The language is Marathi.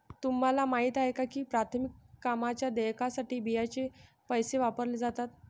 तुम्हाला माहिती आहे का की प्राथमिक कामांच्या देयकासाठी बियांचे पैसे वापरले जातात?